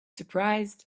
surprised